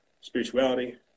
spirituality